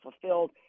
fulfilled